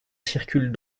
circulent